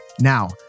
Now